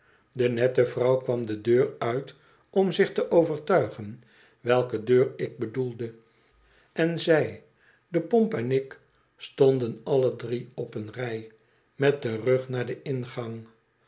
de nette vrouw kwam de deur uit om zich te overtuigen welke deur ik bedoelde en zij de pomp en ik stonden alle drie op een rij met den rug naar den ingang